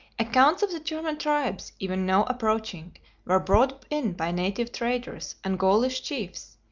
accounts of the german tribes even now approaching were brought in by native traders and gaulish chiefs,